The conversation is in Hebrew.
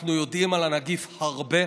אנחנו יודעים על הנגיף הרבה,